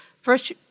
first